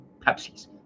Pepsis